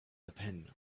depend